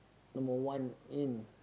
number one in